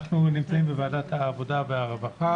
אנחנו נמצאים בוועדת העבודה והרווחה